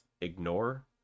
ignore